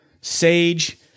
sage